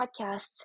podcasts